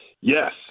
Yes